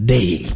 Day